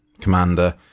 commander